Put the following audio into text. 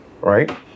right